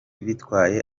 bitwaye